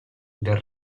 del